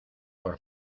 por